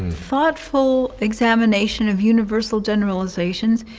thoughtful examination of universal generalizations.